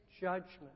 judgment